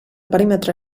perímetre